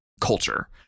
culture